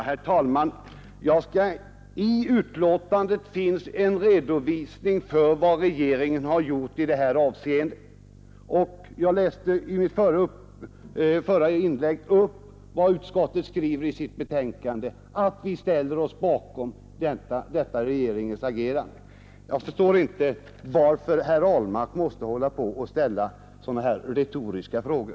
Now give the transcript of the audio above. Herr talman! I betänkandet finns en redovisning för vad regeringen gjort i det här avseendet. Jag läste i mitt första inlägg upp vad utskottet skriver i sitt betänkande, att vi ställer oss bakom detta regeringens agerande. Jag förstår inte varför herr Ahlmark måste hålla på och ställa retoriska frågor.